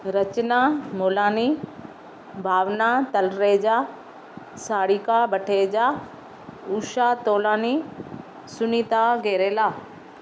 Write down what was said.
Rachna Molani Bhavna Talreja Sarika Bhateja Usha Tolani Sunita Gerela